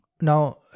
Now